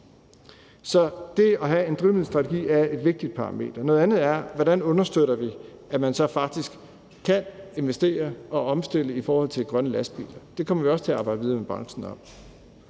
Så det at have en drivmiddelstrategi er et vigtigt parameter. Noget andet er, hvordan vi understøtter, at man så faktisk kan investere og omstille i forhold til grønne lastbiler. Det kommer vi også til at arbejde videre med branchen om.